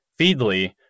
Feedly